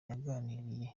yaganiriye